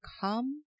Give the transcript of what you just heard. come